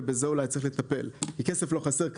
ובזה אולי צריך לטפל כי כסף לא חסר כנראה,